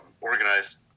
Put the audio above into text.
organized